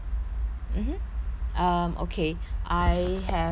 um okay I have uh five